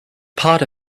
part